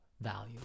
value